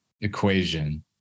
equation